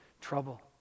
trouble